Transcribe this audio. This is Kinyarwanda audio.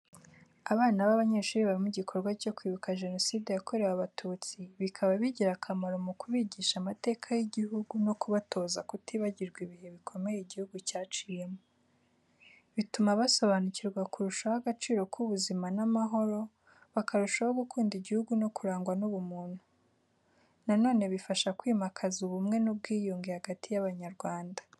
Abana b’abanyeshuri bari mu gikorwa cyo kwibuka Jenoside yakorewe Abatutsi, bikaba bigira akamaro mu kubigisha amateka y’igihugu no kubatoza kutibagirwa ibihe bikomeye igihugu cyaciyemo. Bituma basobanukirwa kurushaho agaciro k’ubuzima n’amahoro, bakarushaho gukunda igihugu no kurangwa n’ubumuntu. Na none bifasha kwimakaza ubumwe n’ubwiyunge hagati y’abanyarwanda.